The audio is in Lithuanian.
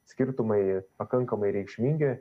skirtumai pakankamai reikšmingi